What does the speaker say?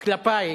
כלפי,